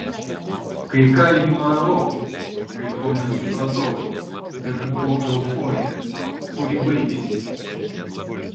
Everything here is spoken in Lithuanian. kai ką ignoravau o kai ko nesupratau bet buvo euforija kuri baigėsi